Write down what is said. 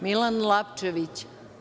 Milan Lapčević.